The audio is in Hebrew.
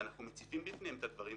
ואנחנו מציפים בפניהם את הדברים,